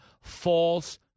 false